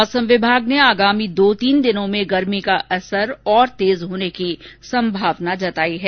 मौसम विभाग ने आगामी दो तीन दिनों में गर्मी का असर और तेज होने की संभावना व्यक्त की है